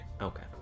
okay